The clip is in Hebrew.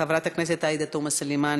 חברת הכנסת עאידה תומא סלימאן,